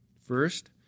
First